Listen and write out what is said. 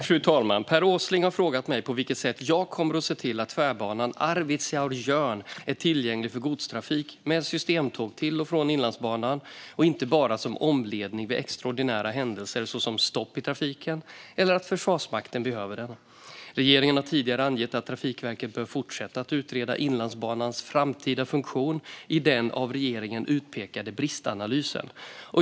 Fru talman! Per Åsling har frågat mig på vilket sätt jag kommer att se till att tvärbanan Arvidsjaur-Jörn är tillgänglig för godstrafik med systemtåg till och från Inlandsbanan och inte bara som omledning vid extraordinära händelser såsom stopp i trafiken eller att Försvarsmakten behöver den. Regeringen har tidigare angett att Trafikverket bör fortsätta att utreda Inlandsbanans framtida funktion i den av regeringen utpekade bristanalysen.